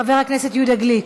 חבר הכנסת יהודה גליק,